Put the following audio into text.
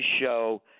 show